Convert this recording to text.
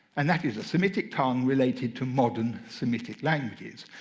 and that is a semitic tongue related to modern semitic languages.